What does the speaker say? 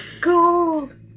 gold